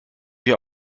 wir